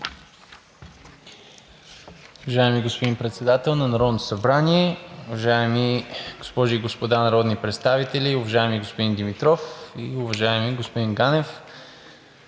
Уважаеми господин Председател на Народното събрание, уважаеми госпожи и господа народни представители! Уважаеми господин Димитров и уважаеми господин Ганев,